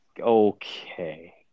okay